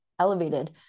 elevated